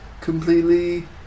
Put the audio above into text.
completely